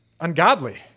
ungodly